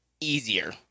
easier